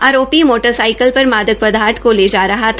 आरोपी मोटरसाइकिल पर मादक पदार्थ को ले जा रहा था